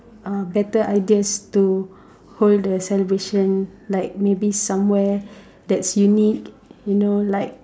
uh better ideas to hold the celebration like maybe somewhere that's unique you know like